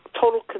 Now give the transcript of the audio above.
total